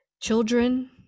children